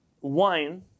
wine